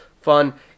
fun